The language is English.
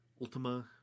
Ultima